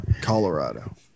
Colorado